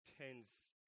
tense